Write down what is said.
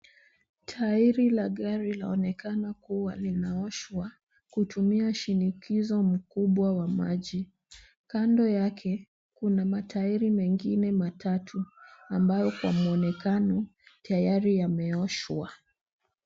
Tairi la gari lonekana kuwa linaoshwa kutumia shinikizo mkubwa wa maji. Kando yake, kuna matairi mengine matatu, ambayo kwa mwonekano tayari yameoshwa.